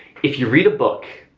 if you read a book,